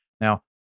Now